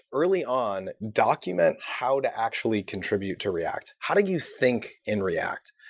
early on, document how to actually contribute to react. how did you think in react?